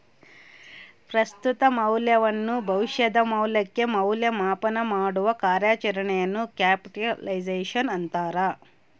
ಪ್ರಸ್ತುತ ಮೌಲ್ಯವನ್ನು ಭವಿಷ್ಯದ ಮೌಲ್ಯಕ್ಕೆ ಮೌಲ್ಯ ಮಾಪನಮಾಡುವ ಕಾರ್ಯಾಚರಣೆಯನ್ನು ಕ್ಯಾಪಿಟಲೈಸೇಶನ್ ಅಂತಾರ